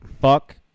fuck